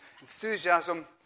enthusiasm